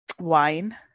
Wine